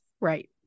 Right